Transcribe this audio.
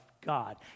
God